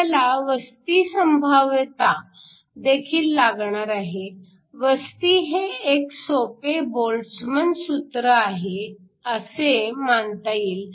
आपल्याला वस्ती संभाव्यता देखील लागणार आहे वस्ती हे एक सोपे बोल्ट्झमन सूत्र आहे असे मानता येईल